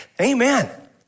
Amen